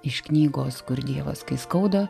iš knygos kur dievas kai skauda